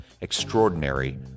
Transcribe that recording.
Extraordinary